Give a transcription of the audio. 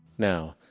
now,